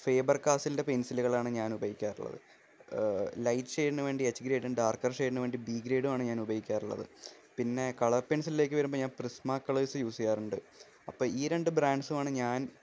Faber കാസിലിൻ്റെ പെൻസിലുകളാണ് ഞാൻ ഉപയോഗിക്കാറുള്ളത് ലൈറ്റ് ഷെയിഡിനു വേണ്ടി എച്ച് ഗ്രെയിടും ഡാർക്കർ ഷെയിഡിന് വേണ്ടി ബി ഗ്രെയിടുമാണ് ഞാൻ ഉപയോഗിക്കാറുള്ളത് പിന്നെ കളർ പെൻസിലേക്ക് വരുമ്പോൾ ഞാൻ പ്രിസ്മ കളേഴ്സ് യൂസ് ചെയ്യാറുണ്ട് അപ്പോൾ ഈ രണ്ട് ബ്രാൻഡ്സുമാണ് ഞാൻ